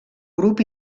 grup